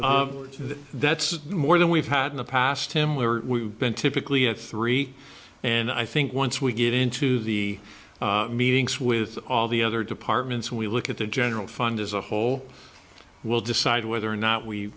replacing that's more than we've had in the past him where we've been typically at three and i think once we get into the meetings with all the other departments we look at the general fund as a whole will decide whether or not we